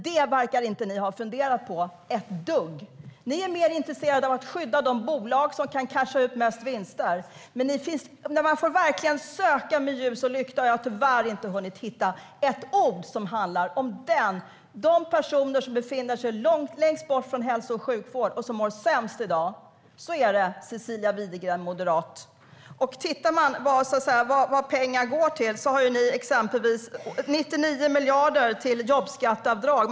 Det verkar ni inte ha funderat på ett dugg. Ni är mer intresserade av att skydda de bolag som kan casha in mest vinster. Man får verkligen söka med ljus och lykta, och jag har tyvärr inte hunnit hitta ett enda ord som handlar om de personer som befinner sig längst bort från hälso och sjukvården och som mår sämst i dag. Så är det, Cecilia Widegren, moderat! Man kan titta på vad pengarna går till. Ni har exempelvis 99 miljarder till jobbskatteavdrag.